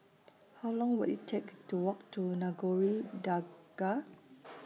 How Long Will IT Take to Walk to Nagore Dargah